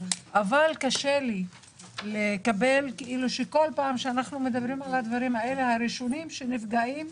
אבל קשה לקבל שבכל פעם שאנחנו מדברים על הדברים האלה הראשונים שנפגעים,